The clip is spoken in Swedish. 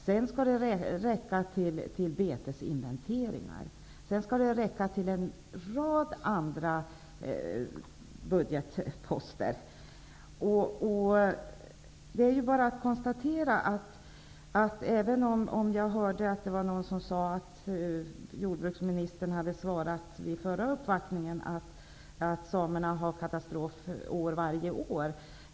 Sedan skall den räcka till betesinventeringar och en rad andra budgetposter. Jag hörde att jordbruksministern vid den förra uppvaktningen sade att samerna har katastrof varje år.